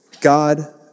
God